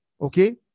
Okay